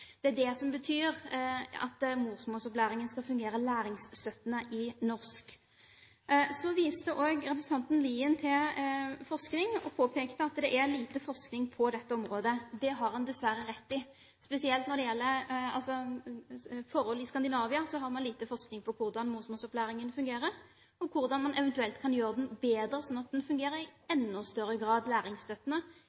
Det er det som det betyr at morsmålsopplæringen skal fungere læringsstøttende i norsk. Representanten Lien viste også til forskning og påpekte at det er lite forskning på dette området. Det har han dessverre rett i. Spesielt når det gjelder forholdene i Skandinavia, har vi lite forskning på hvordan morsmålsopplæringen fungerer, og hvordan man eventuelt kan gjøre den bedre, slik at den i enda større grad fungerer læringsstøttende i